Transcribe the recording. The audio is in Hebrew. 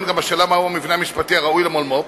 גם השאלה מהו המבנה המשפטי הראוי למולמו"פ.